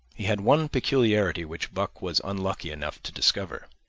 he had one peculiarity which buck was unlucky enough to discover.